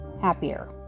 happier